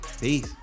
Peace